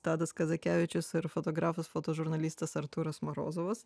tadas kazakevičius ir fotografas fotožurnalistas artūras morozovas